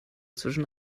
zwischen